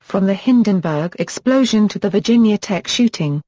from the hindenburg explosion to the virginia tech shooting.